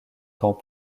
dans